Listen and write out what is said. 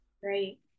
great